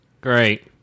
Great